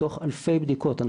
מתוך אלפי בדיקות.